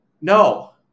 No